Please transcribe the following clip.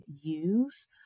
use